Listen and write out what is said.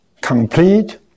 complete